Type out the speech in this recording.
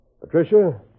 Patricia